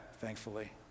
thankfully